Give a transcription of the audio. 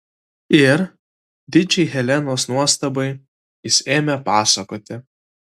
ir didžiai helenos nuostabai jis ėmė pasakoti